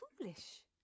foolish